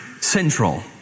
central